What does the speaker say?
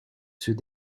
ceux